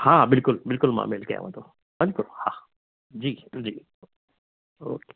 हा बिल्कुलु बिल्कुलु मां अरेंज कयांव थो बिल्कुल हा जी जी ओके